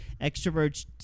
extroverts